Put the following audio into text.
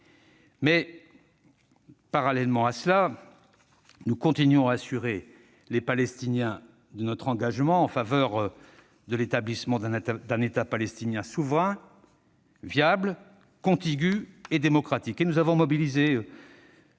Parallèlement à cela, nous continuons à assurer les Palestiniens de notre engagement en faveur de l'établissement d'un État palestinien souverain, viable, contigu et démocratique.